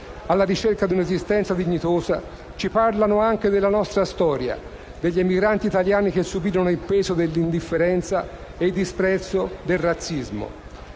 alla ricerca di un'esistenza dignitosa ci parlano anche della nostra storia, degli emigranti italiani che subirono il peso dell'indifferenza e il disprezzo del razzismo.